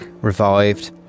revived